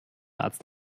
arzt